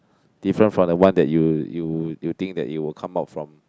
different from the one that you you you think that it will come out from